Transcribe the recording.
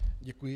Děkuji.